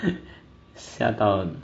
吓到